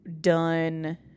done